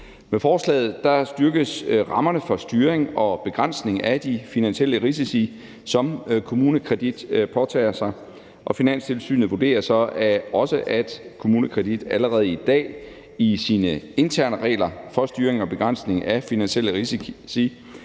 Med forslaget styrkes rammerne for styring og begrænsning af de finansielle risici, som KommuneKredit påtager sig. Finanstilsynet vurderer så også, at KommuneKredit allerede i dag i sine interne regler for styring og begrænsning af finansielle risici